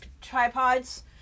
tripods